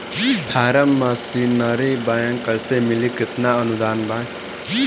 Form machinery bank कैसे मिली कितना अनुदान बा?